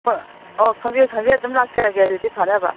ꯍꯣꯏ ꯑꯣ ꯈꯪꯖꯩ ꯈꯪꯖꯩ ꯑꯗꯨꯝ ꯂꯥꯛꯆꯔꯒꯦ ꯑꯗꯨꯗꯤ ꯐꯅꯕ